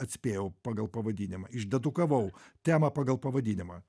atspėjau pagal pavadinimą išdedukavau temą pagal pavadinimą